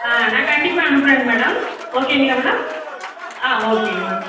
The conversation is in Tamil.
ஆ நான் கண்டிப்பாக அனுப்புகிறேங்க மேடம் ஓகேங்களா மேடம் ஆ ஓகேங்க மேம்